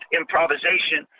improvisation